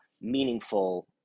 meaningful